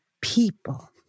people